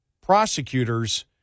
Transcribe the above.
prosecutors